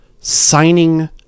signing